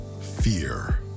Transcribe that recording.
Fear